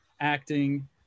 acting